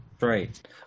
Right